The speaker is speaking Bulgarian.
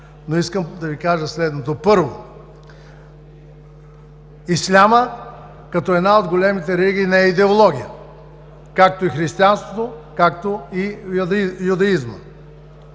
Но искам да Ви кажа следното. Първо, ислямът като една от големите религии не е идеология, както и християнството, както и юдаизмът.